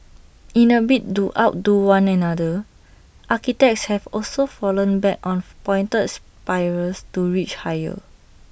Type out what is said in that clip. in A bid to outdo one another architects have also fallen back on pointed spires to reach higher